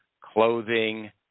clothing